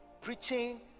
preaching